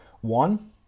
One